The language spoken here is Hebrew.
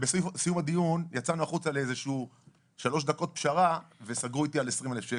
בסיום הדיון יצאנו החוצה לשלוש דקות פשרה וסגרו איתי על 20 אלף שקל.